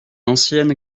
ancienne